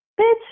Bitch